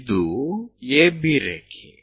ಇದು AB ರೇಖೆ